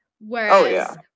Whereas